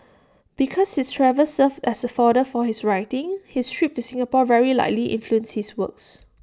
because his travels served as fodder for his writing his trip to Singapore very likely influenced his works